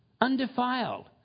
undefiled